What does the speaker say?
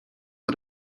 for